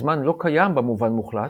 הזמן לא קיים במובן מוחלט,